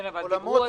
אבל דיברו על זה כבר.